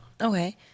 Okay